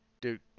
Dude